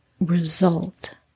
result